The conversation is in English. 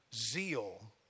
zeal